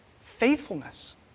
faithfulness